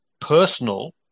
personal